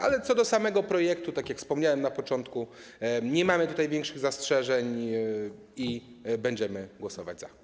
Ale co do samego projektu, tak jak wspomniałem na początku, nie mamy większych zastrzeżeń i będziemy głosować za.